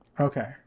Okay